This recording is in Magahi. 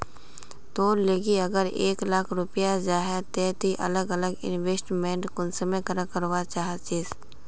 तोर लिकी अगर एक लाख रुपया जाहा ते ती अलग अलग इन्वेस्टमेंट कुंसम करे करवा चाहचिस?